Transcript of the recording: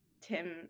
Tim